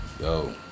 Yo